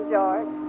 George